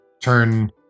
turn